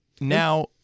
now-